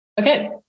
Okay